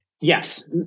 Yes